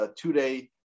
two-day